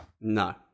No